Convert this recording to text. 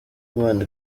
imana